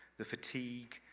the fatigue,